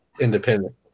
independent